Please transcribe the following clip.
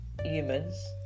humans